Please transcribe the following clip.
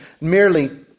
merely